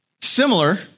Similar